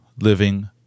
living